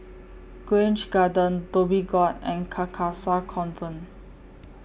Grange Garden Dhoby Ghaut and Carcasa Convent